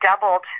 doubled